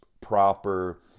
proper